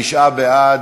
ואנחנו תשעה בעד,